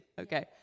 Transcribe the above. Okay